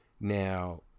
Now